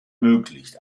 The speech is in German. möglich